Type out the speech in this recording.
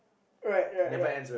right right right